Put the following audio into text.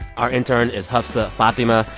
our intern is hafsa fathima.